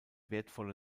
wertvolle